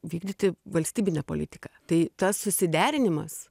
vykdyti valstybinę politiką tai tas susiderinimas